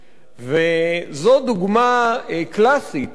וזאת דוגמה קלאסית איך